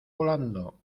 volando